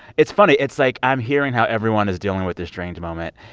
it's funny. it's like i'm hearing how everyone is dealing with this strange moment,